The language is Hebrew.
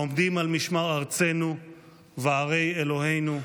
העומדים על משמר ארצנו וערי אלוהינו,